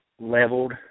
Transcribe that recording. leveled